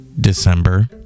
December